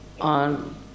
on